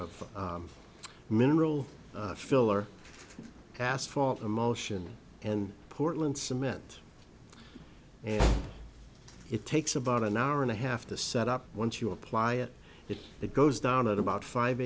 of mineral filler cast fault emotion and portland cement and it takes about an hour and a half to set up once you apply it it goes down at about five